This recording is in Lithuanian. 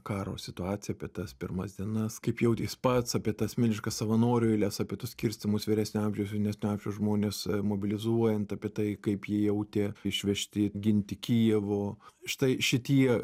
karo situaciją apie tas pirmas dienas kaip jautė jis pats apie tas milžiniškas savanorių eiles apie tuos skirstymus vyresnio amžiaus jaunesnio amžiaus žmonės mobilizuojant apie tai kaip jie jautė išvežti ginti kijevo štai šitie